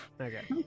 Okay